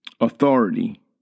authority